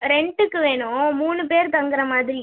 ரெண்ட்டுக்கு வேணும் மூணு பேர் தங்குற மாதிரி